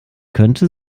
könnte